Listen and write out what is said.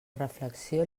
reflexió